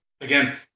again